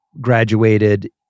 graduated